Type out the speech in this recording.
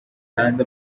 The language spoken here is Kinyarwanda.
hanze